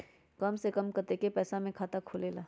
कम से कम कतेइक पैसा में खाता खुलेला?